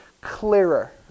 clearer